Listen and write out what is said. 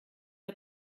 der